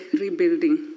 rebuilding